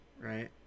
right